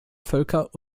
völker